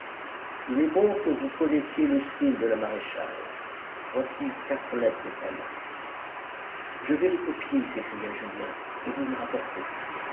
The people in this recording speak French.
il est bon que vous connaissiez le style de la maréchale voici quatre lettres de sa main je vais les copier s'écria julien et vous les rapporter